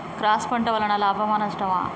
Cross పంట వలన లాభమా నష్టమా?